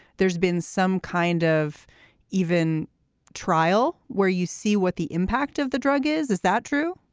there's been some kind of even trial where you see what the impact of the drug is. is that true?